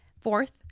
Fourth